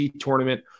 tournament